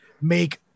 make